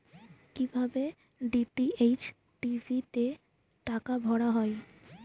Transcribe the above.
কি ভাবে DTH TV তে টাকা ভরা হয়?